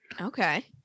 Okay